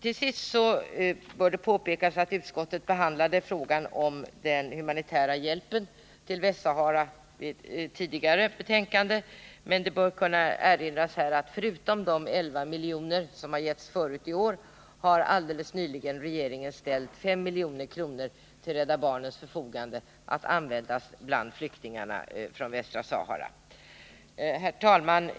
Slutligen bör det påpekas att utskottet i ett tidigare betänkande behandlade frågan om den humanitära hjälpen till Västsahara. Förutom de 11 milj.kr. som har getts tidigare i år har regeringen helt nyligen ställt 5 milj.kr. till Rädda barnens förfogande att användas bland flyktingarna från Västra Sahara. Herr talman!